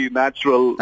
natural